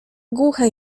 głuche